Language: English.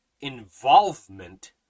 involvement